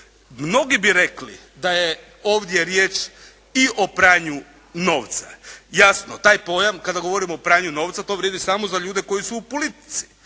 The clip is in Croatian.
Mnogi bi rekli da je ovdje riječ i o pranju novca. Jasno taj pojam kada govorimo o pranju novca to vrijedi samo za ljude koji su u politici.